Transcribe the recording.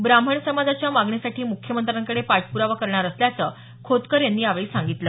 ब्राह्मण समाजाच्या मागणीसाठी मुख्यमंत्र्यांकडे पाठप्रावा करणार असल्याचं खोतकर यांनी यावेळी सांगितलं